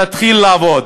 תתחיל לעבוד.